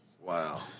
Wow